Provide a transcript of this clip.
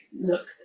look